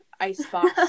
Icebox